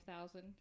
thousand